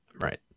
right